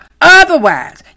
Otherwise